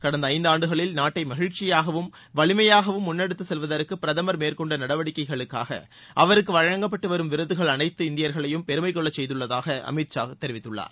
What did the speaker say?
கடந்த ஐந்தாண்டுகளில் நாட்டை மகிழ்ச்சியாகவும் வலிமையாகவும் முன்னெடுத்துச் செல்வதற்கு பிரதமர் மேற்கொண்ட நடவடிக்கைகளுக்காக அவருக்கு வழங்கப்பட்டு வரும் விருதுகள் அனைத்து இந்தியர்களையும் பெருமைக்கொள்ளச் செய்துள்ளதாக அமித்ஷா தெரிவித்துள்ளார்